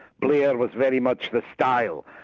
blair was very much the style.